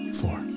four